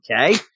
okay